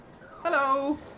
Hello